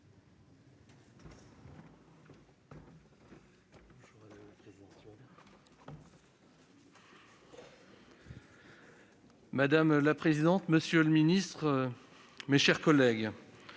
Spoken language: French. Madame la présidente, monsieur le ministre, mes chers collègues,